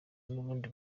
n’ubundi